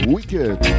Wicked